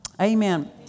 Amen